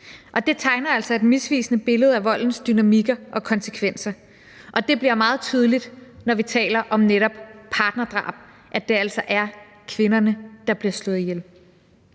Det tegner altså et misvisende billede af voldens dynamikker og konsekvenser, og det bliver meget tydeligt, når vi taler om netop partnerdrab, altså at det er kvinderne, der bliver slået ihjel.